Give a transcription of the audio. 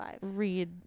read